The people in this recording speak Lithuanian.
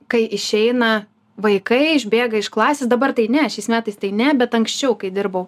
kai išeina vaikai išbėga iš klasės dabar tai ne šiais metais tai ne bet anksčiau kai dirbau